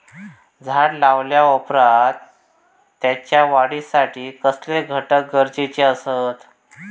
झाड लायल्या ओप्रात त्याच्या वाढीसाठी कसले घटक गरजेचे असत?